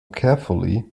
carefully